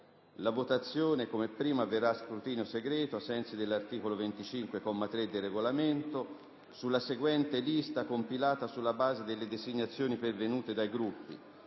Tale votazione avverrà a scrutinio segreto, ai sensi dell'articolo 25, comma 3, del Regolamento, sulla seguente lista compilata sulla base delle designazioni pervenute dai Gruppi: